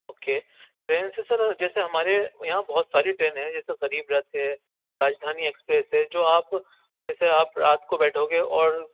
okay train سے sir جیسے ہمارے یہاں بہت ساری ٹرینیں ہیں جیسے غریب رتھ ہے راجدھانی ایکسپریس ہے جو آپ جیسے آپ رات کو بیٹھو گے اور